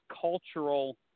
cultural